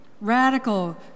Radical